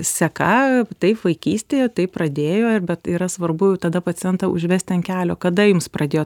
seka taip vaikystėje taip pradėjo ir bet tai yra svarbu tada pacientą užvesti ant kelio kada jums pradėjo